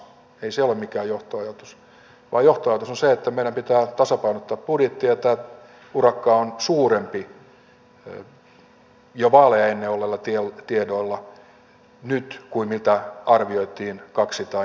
ei se ole mikään johtoajatus vaan johtoajatus on se että meidän pitää tasapainottaa budjettia ja tämä urakka on jo suurempi nyt vaaleja ennen olleilla tiedoilla kuin mitä arvioitiin kaksi tai neljä vuotta sitten